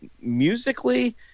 musically